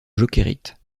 jokerit